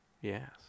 Yes